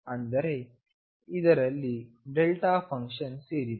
ಅಂದರೆ ಇದರಲ್ಲಿ ಫಂಕ್ಷನ್ ಸೇರಿದೆ